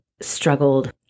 struggled